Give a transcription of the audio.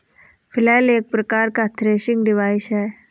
flail एक प्रकार का थ्रेसिंग डिवाइस है